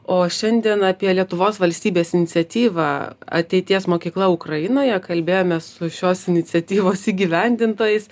o šiandien apie lietuvos valstybės iniciatyvą ateities mokykla ukrainoje kalbėjomės su šios iniciatyvos įgyvendintojais